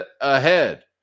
ahead